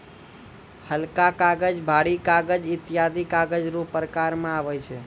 हलका कागज, भारी कागज ईत्यादी कागज रो प्रकार मे आबै छै